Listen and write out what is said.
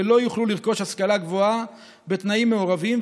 שלא יוכלו לרכוש השכלה גבוהה בתנאים מעורבים,